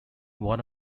one